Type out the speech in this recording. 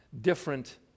different